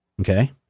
okay